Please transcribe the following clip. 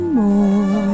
more